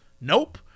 Nope